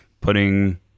putting